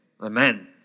amen